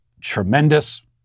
tremendous